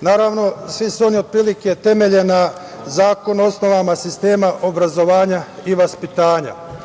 Naravno, svi se oni otprilike temelje na Zakonu o osnovama sistema obrazovanja i vaspitanja.